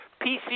PC